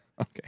Okay